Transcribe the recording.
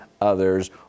others